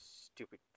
stupid